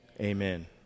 Amen